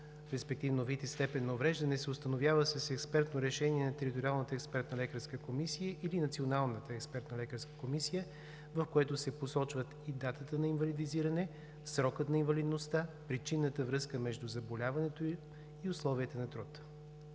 респективно видът и степента на увреждане, се установява с експертно решение на Териториалната експертна лекарска комисия или Националната експертна лекарска комисия, в което се посочват датата на инвалидизиране, срокът на инвалидността, причинната връзка между заболяването и условията на труд.